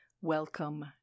Welcome